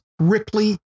Ripley